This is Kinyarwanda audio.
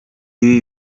ibi